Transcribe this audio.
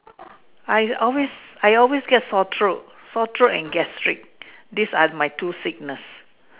I always I always get sore throat sore throat and gastric these are my two sickness